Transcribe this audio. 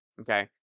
Okay